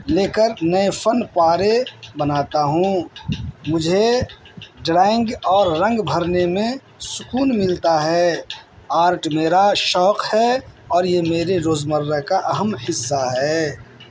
لے کر نئے فن پارے بناتا ہوں مجھے ڈرائنگ اور رنگ بھرنے میں سکون ملتا ہے آرٹ میرا شوق ہے اور یہ میرے روز مرہ کا اہم حصہ ہے